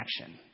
action